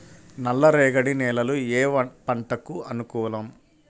నల్ల రేగడి నేలలు ఏ పంటకు అనుకూలం?